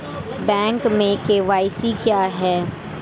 Bank में KYC क्या है?